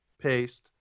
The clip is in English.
paste